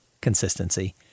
consistency